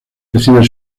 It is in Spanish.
recibe